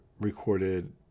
recorded